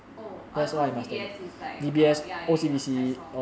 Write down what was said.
oh I recall D_B_S is like err ya ya ya I saw